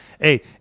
hey